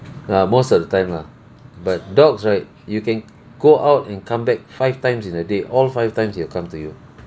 ah most of the time lah but dogs right you can go out and come back five times in a day all five times it'll come to you